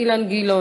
מי נפגע